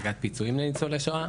והשגת פיצויים לשורדי השואה.